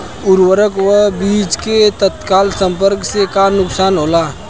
उर्वरक व बीज के तत्काल संपर्क से का नुकसान होला?